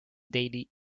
daily